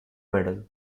medal